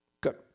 Good